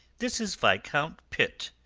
this is viscount pitt,